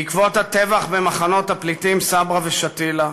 בעקבות הטבח במחנות הפליטים סברה ושתילה,